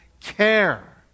care